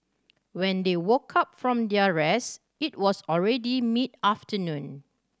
when they woke up from their rest it was already mid afternoon